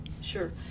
Sure